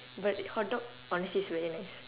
but hotdog honestly is very nice